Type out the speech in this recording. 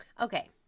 Okay